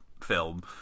film